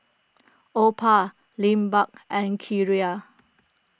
Opha Lindbergh and Kiera